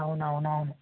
అవునవును అవును